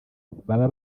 baba